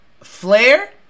flare